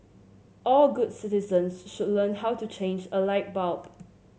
all good citizens should learn how to change a light bulb